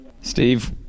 Steve